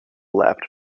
left